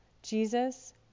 Jesus